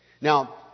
Now